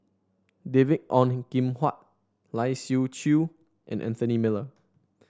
David Ong Kim Huat Lai Siu Chiu and Anthony Miller